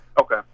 Okay